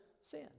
sin